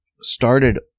started